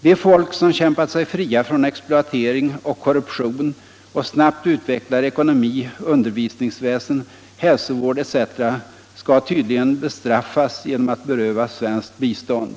De folk som kämpat sig fria från exploatering och korruption och snabbt utvecklar ekonomi, undervisningsväsen, hälsovård etc. skall tydligen bestraffas genom att berövas svenskt bistånd.